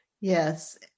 Yes